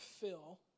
fill